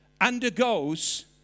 undergoes